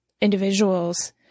individuals